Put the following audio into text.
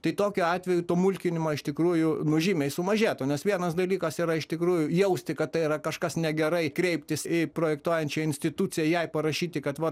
tai tokiu atveju to mulkinimo iš tikrųjų nu žymiai sumažėtų nes vienas dalykas yra iš tikrųjų jausti kad tai yra kažkas negerai kreiptis į projektuojančią instituciją jai parašyti kad va